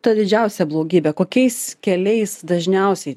ta didžiausia blogybė kokiais keliais dažniausiai